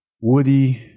Woody